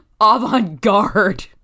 avant-garde